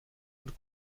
und